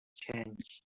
change